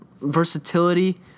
versatility